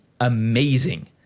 amazing